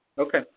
Okay